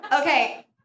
Okay